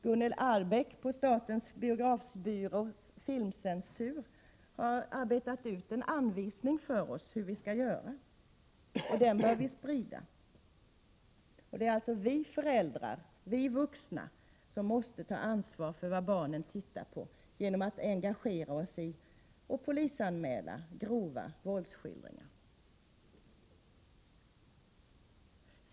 Gunnel Arrbäck på statens biografbyrås filmcensur har arbetat ut en anvisning om hur vi skall göra, och den anvisningen bör vi sprida. Det är alltså vi föräldrar, vi vuxna, som måste ta ansvar för vad barnen tittar på, genom att engagera oss och polisanmäla grova våldsskildringar.